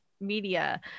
media